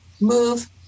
move